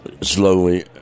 slowly